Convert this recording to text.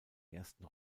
ersten